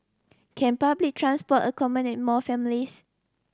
can public transport accommodate more families